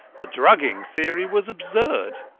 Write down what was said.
the drugging theory was absurd,